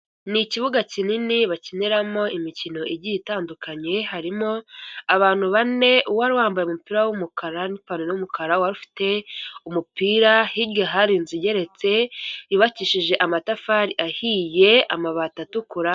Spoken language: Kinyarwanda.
Ni ikibuga kinini bakiniramo imikino igiye itandukanye harimo abantu bane uwari wambaye umupira w'umukara n'ipantaro y'umukara, wari ufite umupira hi rya hari inzu igeretse bakishije amatafari ahiye ,amabati atukura.